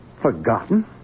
Forgotten